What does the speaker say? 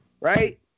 right